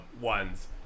ones